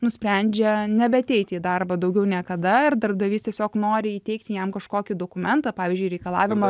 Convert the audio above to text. nusprendžia nebeateiti į darbą daugiau niekada ir darbdavys tiesiog nori įteikti jam kažkokį dokumentą pavyzdžiui reikalavimą